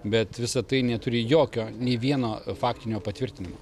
bet visa tai neturi jokio nei vieno faktinio patvirtinimo